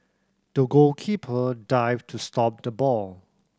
the goalkeeper dived to stop the ball